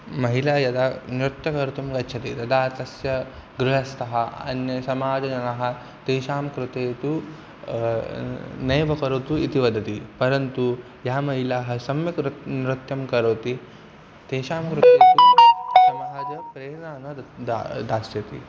महिला यदा नृत्यं कर्तुं गच्छति तदा तस्य गृहस्तः अन्य समाजजनाः तेषां कृते तु नैव करोतु इति वदति परन्तु या महिला सम्यक् नृ नृत्यं करोति तेषां कृते तु समाजप्रेरणाः दा दास्यति